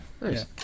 Nice